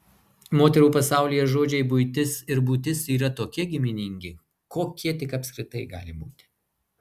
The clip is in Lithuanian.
moterų pasaulyje žodžiai buitis ir būtis yra tokie giminingi kokie tik apskritai gali būti